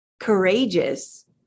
courageous